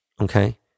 Okay